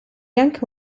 anche